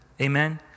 Amen